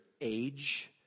age